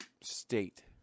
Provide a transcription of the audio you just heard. state